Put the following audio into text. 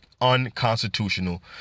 unconstitutional